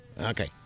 Okay